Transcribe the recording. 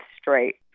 straight